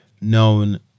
known